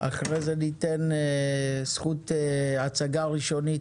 זכות הצגה ראשונית